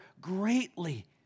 greatly